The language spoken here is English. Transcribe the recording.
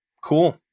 cool